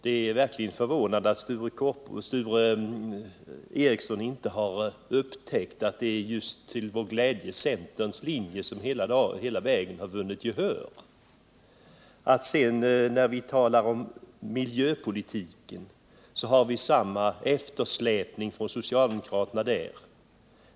Det är verkligen förvånande att Sture Ericson inte har upptäckt att det är just centerns linje som hela vägen har vunnit gehör. I fråga om miljöpolitiken har socialdemokraterna släpat efter på samma sätt.